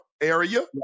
area